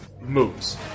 moves